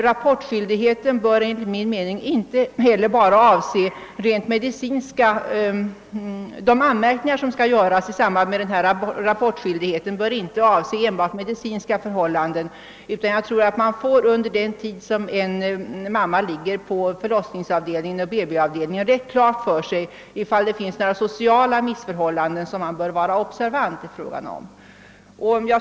Rapportskyldigheten bör enligt min mening inte heller bara avse rent medicinska förhållanden. Jag tror att man under den tid som en mor tillbringar på en förlossningseller BB avdelning får en ganska klar uppfattning av om det föreligger några sociala missförhållanden, som man bör vara uppmärksam på.